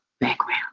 background